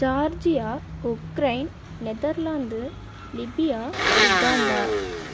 Georgia Ukraine Netherlands Libya Uganda